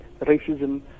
racism